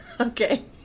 Okay